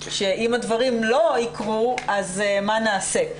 שאם הדברים לא יקרו אז מה נעשה?